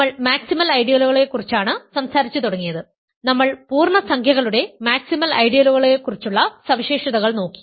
നമ്മൾ മാക്സിമൽ ഐഡിയലുകളെക്കുറിച്ചാണ് സംസാരിച്ചുതുടങ്ങിയത് നമ്മൾ പൂർണ്ണസംഖ്യകളുടെ മാക്സിമൽ ഐഡിയലുകളെകുറിച്ചുള്ള സവിശേഷതകൾ നോക്കി